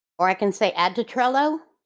or i can say add to trello.